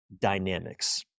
dynamics